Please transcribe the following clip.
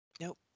nope